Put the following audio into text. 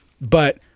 But-